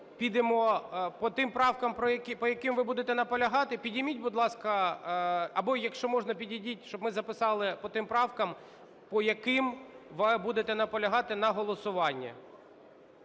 підемо по тим правкам, по яким ви будете наполягати? Підніміть, будь ласка, або, якщо можна, підійдіть, щоб ми записали по тим правкам, по яким ви будете наполягати на голосуванні.